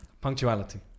Punctuality